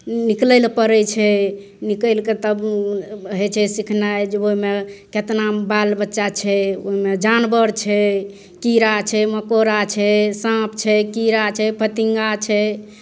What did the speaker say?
निकलैलए पड़ै छै निकलिके तब होइ छै सिखनाइ जे ओहिमे कतना बाल बच्चा छै ओहिमे जानवर छै कीड़ा छै मकोड़ा छै साँप छै कीड़ा छै फतिङ्गा छै